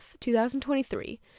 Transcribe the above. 2023